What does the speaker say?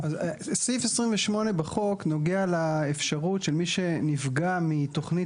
סעיף 28 בחוק נוגע לאפשרות של מי שנפגע מתכנית